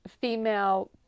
female